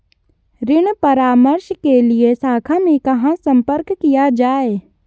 ऋण परामर्श के लिए शाखा में कहाँ संपर्क किया जाए?